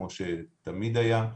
כמו שתמיד היה.